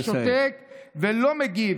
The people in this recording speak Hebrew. אתה שותק ולא מגיב.